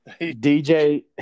dj